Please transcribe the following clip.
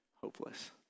hopeless